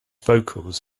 vocals